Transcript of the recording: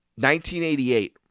1988